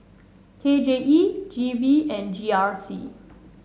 K J E G V and G R C